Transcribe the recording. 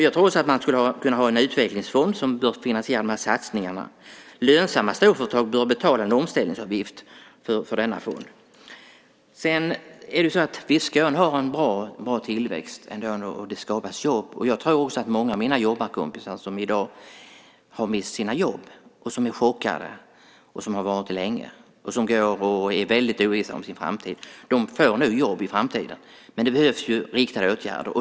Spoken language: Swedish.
Jag tror också att man skulle kunna ha en utvecklingsfond som bör finansiera de här satsningarna. Lönsamma storföretag bör betala en omställningsavgift till denna fond. Visst har Skåne en bra tillväxt, och det skapas jobb. Jag tror också att många av mina jobbarkompisar som i dag har mist sina jobb, som är chockade, som har varit det länge och som känner väldigt stor ovisshet om sin framtid får jobb i framtiden. Men det behövs riktade åtgärder.